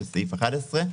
של סעיף 11,